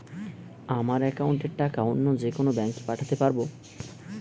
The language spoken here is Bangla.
আমার একাউন্টের টাকা অন্য যেকোনো ব্যাঙ্কে পাঠাতে পারব?